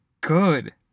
good